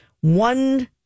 one